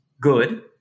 good